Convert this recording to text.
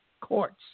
courts